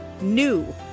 NEW